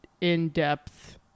in-depth